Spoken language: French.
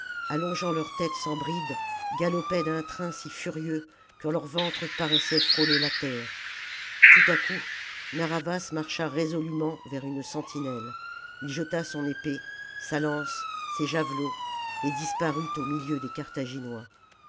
allongeant leur tête sans bride galopaient d'un train si furieux que leur ventre paraissait frôler la terre tout à coup narr'havas marcha résolument vers une sentinelle il jeta son épée sa lance ses javelots et disparut au milieu des carthaginois